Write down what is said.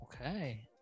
Okay